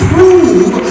Prove